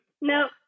No